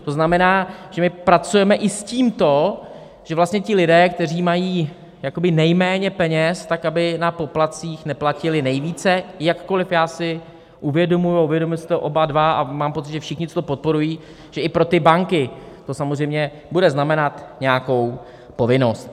To znamená, my pracujeme i s tímto, že vlastně ti lidé, kteří mají jakoby nejméně peněz, tak aby na poplatcích neplatili nejvíce, jakkoli já si uvědomuji, a uvědomujeme si to oba dva a mám pocit, že všichni, co to podporují, že i pro ty banky to samozřejmě bude znamenat nějakou povinnost.